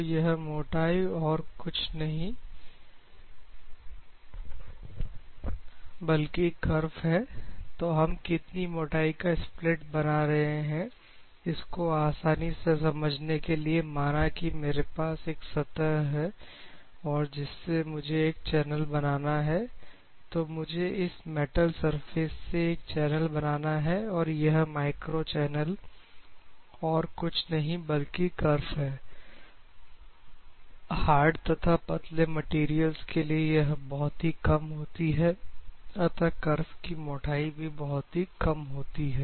तो यह मोटाई और कुछ नहीं बल्कि करफ है तो हम कितनी मोटाई का स्प्लिट बना रहे हैं इसको आसानी से समझने के लिए माना कि मेरे पास एक सतह है और जिससे मुझे एक चैनल बनाना है तो मुझे इस मेटल सर्फेस से एक चैनल बनाना है और यह माइक्रोचैनल और कुछ नहीं बल्कि करफ है हार्ड तथा पतले मैटेरियल्स के लिए यह बहुत ही कम होती है अतः करफ के मोटाई भी बहुत ही कम होती है